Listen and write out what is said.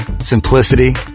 simplicity